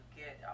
get